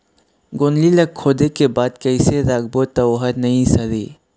गोंदली ला खोदे के बाद कइसे राखबो त ओहर नई सरे?